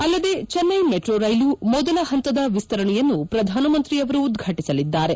ಅಲ್ಲದೇ ಚೆನ್ನೈ ಮೆಟ್ರೋ ಕೈಲು ಮೊದಲ ಹಂತದ ವಿಸ್ತರಣೆಯನ್ನು ಪ್ರಧಾನ ಮಂತ್ರಿಯವರು ಉದ್ಘಾಟಸಲಿದ್ದಾರೆ